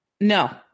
No